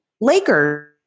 Lakers